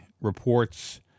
reports